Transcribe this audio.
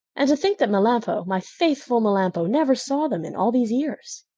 and to think that melampo, my faithful melampo, never saw them in all these years!